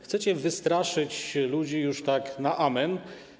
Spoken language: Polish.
Chcecie wystraszyć ludzi już tak na amen.